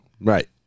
Right